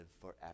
forever